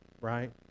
right